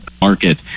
market